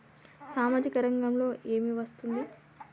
సామాజిక రంగంలో ఏమి వస్తుంది?